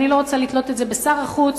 אני לא רוצה לתלות את זה בשר החוץ